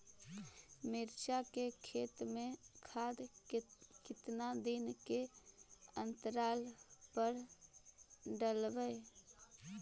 मिरचा के खेत मे खाद कितना दीन के अनतराल पर डालेबु?